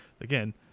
again